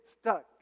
stuck